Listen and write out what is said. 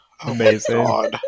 Amazing